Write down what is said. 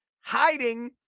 hiding